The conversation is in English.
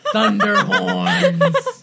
Thunderhorns